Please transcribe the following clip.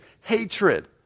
Hatred